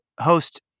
host